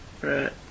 Right